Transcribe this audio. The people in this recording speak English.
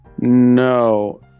No